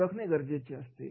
ओळखणे गरजेचे असते